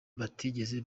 batigeze